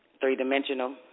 three-dimensional